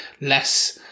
less